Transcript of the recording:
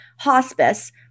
hospice